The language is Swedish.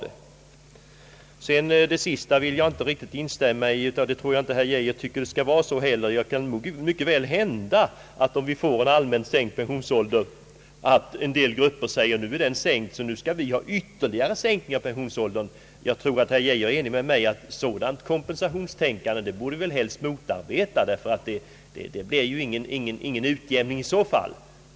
Det sista herr Geijer sade vill jag inte riktigt instämma i, och jag tror inte heller att herr Geijer tycker att det skall vara så. Det kan mycket väl hända om vi får en allmänt sänkt pensionsålder — att vissa grupper säger att när nu pensionsåldern sänkts generellt skall den sänkas ytterligare för oss. Jag tror att herr Geijer är ense med mig om att vi helst borde motarbeta ett sådant kompensationstänkande, ty i så fall blir det ju ingen utjämning.